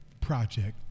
project